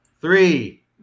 three